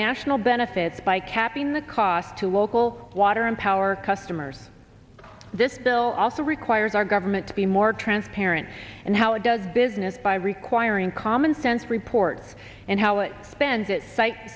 national benefits by capping the cost to local water and power customers this bill also requires our government to be more transparent and how it does business by requiring commonsense report and how it spends its site